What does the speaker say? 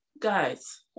guys